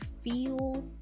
feel